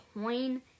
coin